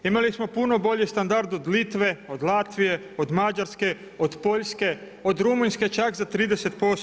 Imali smo puno bolji standard od Litve, od Latvije, od Mađarske, od Poljske, od Rumunjske čak za 30%